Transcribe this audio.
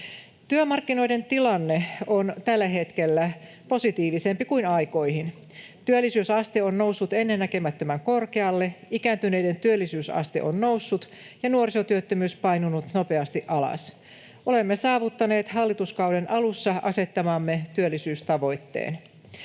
Työmarkkinoiden tilanne on tällä hetkellä positiivisempi kuin aikoihin. Työllisyysaste on noussut ennennäkemättömän korkealle, ikääntyneiden työllisyysaste on noussut ja nuorisotyöttömyys painunut nopeasti alas. Olemme saavuttaneet hallituskauden alussa asettamamme työllisyystavoitteen.